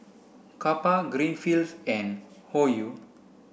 Kappa Greenfields and Hoyu